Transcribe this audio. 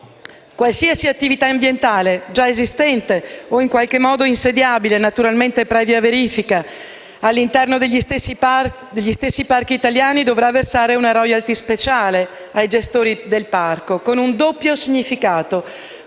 Qualsiasi attività ambientale già esistente o in qualche modo insediabile, naturalmente previa verifica, all’interno degli stessi parchi italiani dovrà inoltre versare una royalty speciale ai gestori del parco, con un doppio significato: